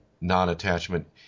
non-attachment